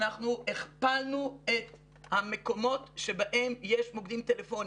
אנחנו הכפלנו את המקומות שבהם יש מוקדים טלפונים.